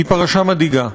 היא פרשה מדאיגה,